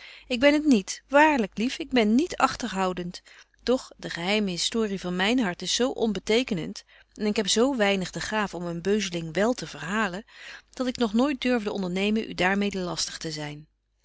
ik ben het niet waarlyk lief ik ben niet agterhoudent doch de geheime historie van myn hart is zo onbetekenent en ik heb zo weinig de gaaf om een beuzeling wél te verhalen dat ik nog nooit durfde ondernemen u daar mede lastig te zyn